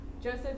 Joseph